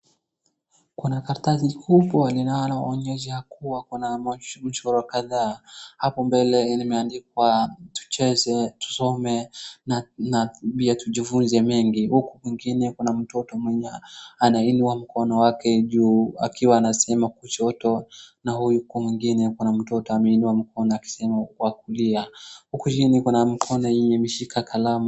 Kuna karatasi kubwa linaloonyesha kuwa kuna mchoro kadhaa. Hapo mbele limeandikwa tucheze, tusome na pia tujifunze mengi huku kwingine kuna mtoto mwenye anainua mkono wake juu akiwa anasema kushoto na huku mwingine kuna mtoto ameinua mkono akisema wa kulia. Huku chini mkono yenye imeshika kalamu.